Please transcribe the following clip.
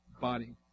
body